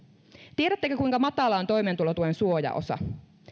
tiedättekö kuinka matala on toimeentulotuen suojaosa